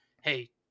hey